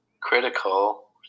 critical